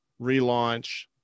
relaunch